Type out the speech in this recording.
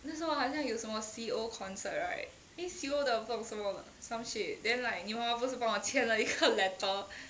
那时候好像有什么 C_O concert right C_O 的不懂什么 some shit then like 你妈妈不是帮我签了一个 letter